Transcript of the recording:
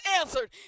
answered